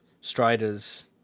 Strider's